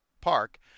park